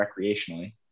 recreationally